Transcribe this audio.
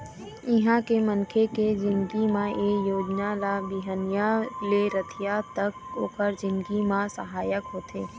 इहाँ के मनखे के जिनगी म ए योजना ल बिहनिया ले रतिहा तक ओखर जिनगी म सहायक होथे